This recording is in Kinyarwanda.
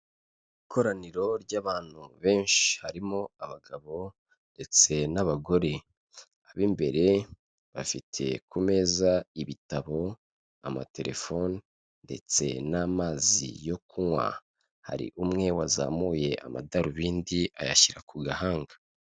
Ikoraniro ry'abantu benshi harimo abagabo ndetse n'abagore, ab'imbere bafite ku meza, ibitabo, amatelefoni ,ndetse n'amazi yo kunywa, hari umwe wazamuye amadarubindi ayashyira ku gahanga.